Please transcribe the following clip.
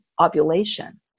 ovulation